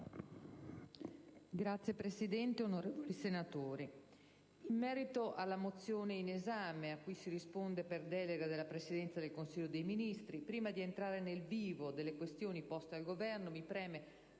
Signor Presidente, onorevoli senatori, in merito alla mozione in esame, a cui si risponde per delega della Presidenza dei Consiglio dei ministri, prima di entrare nel vivo delle questioni poste al Governo, mi preme